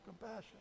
compassion